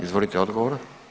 Izvolite odgovor.